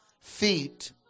feet